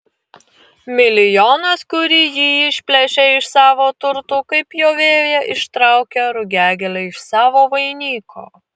milijonas kurį ji išplėšė iš savo turtų kaip pjovėja ištraukia rugiagėlę iš savo vainiko